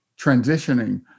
transitioning